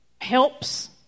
Helps